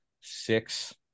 six